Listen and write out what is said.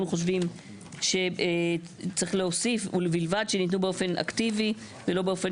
אנחנו חושבים שצריך להוסיף "ובלבד שניתנו באופן אקטיבי ולא באופן